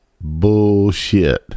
Bullshit